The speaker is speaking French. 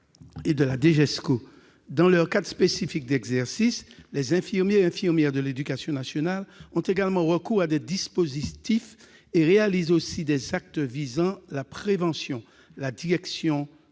Dans leur cadre spécifique d'exercice, les infirmiers et infirmières de l'éducation nationale ont également recours à des dispositifs et réalisent aussi des actes visant la prévention, la détection des